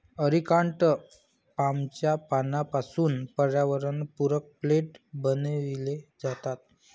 areca nut पामच्या पानांपासून पर्यावरणपूरक प्लेट बनविले जातात